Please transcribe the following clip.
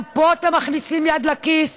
גם פה אתם מכניסים יד לכיס?